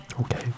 okay